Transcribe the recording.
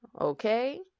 okay